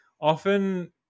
often